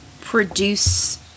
produce